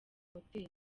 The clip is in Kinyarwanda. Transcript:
hotel